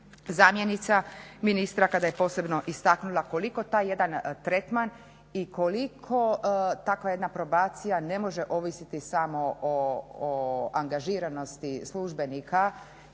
zamjenica ministra kada je posebno istaknula koliko taj jedan tretman i koliko takva jedna probacija ne može ovisiti samo o angažiranosti službenika